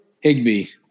Higby